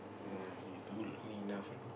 he do do enough already